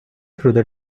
through